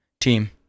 team